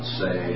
say